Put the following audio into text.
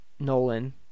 Nolan